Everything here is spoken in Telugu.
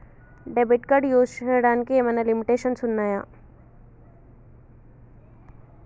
డెబిట్ కార్డ్ యూస్ చేయడానికి ఏమైనా లిమిటేషన్స్ ఉన్నాయా?